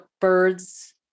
birds